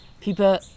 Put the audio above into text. people